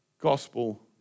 gospel